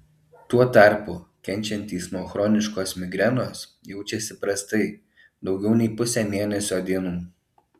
tuo tarpu kenčiantys nuo chroniškos migrenos jaučiasi prastai daugiau nei pusę mėnesio dienų